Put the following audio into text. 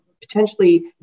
Potentially